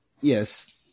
yes